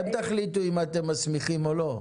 אתם תחליטו אם אתם מסמיכים או לא.